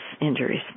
injuries